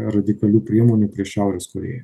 radikalių priemonių prieš šiaurės korėją